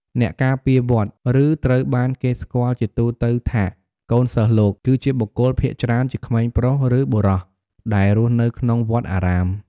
អ្នកការពារវត្ត ឬត្រូវបានគេស្គាល់ជាទូទៅថា កូនសិស្សលោក គឺជាបុគ្គល ភាគច្រើនជាក្មេងប្រុស ឬបុរស ដែលរស់នៅក្នុងវត្តអារាម។